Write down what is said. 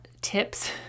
tips